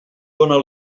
dóna